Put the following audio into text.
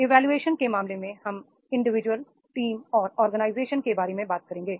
evolution के मामले में हम इंडिविजुअल टीम और ऑर्गेनाइजेशन के बारे में बात करेंगे